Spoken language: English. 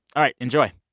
all right, enjoy